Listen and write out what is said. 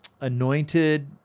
anointed